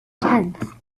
tenth